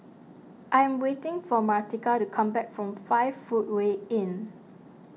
I am waiting for Martika to come back from five Footway Inn